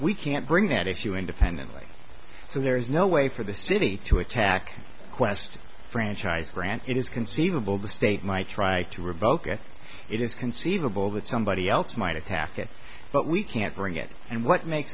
we can't bring that if you independently so there is no way for the city to attack qwest franchise grant it is conceivable the state might try to revoke it it is conceivable that somebody else might attack it but we can't bring it and what makes